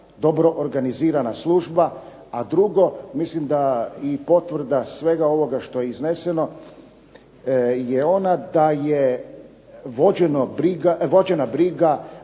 dobro organizirana služba, a drugo mislim da i potvrda svega ovoga što je izneseno je ona da je vođena briga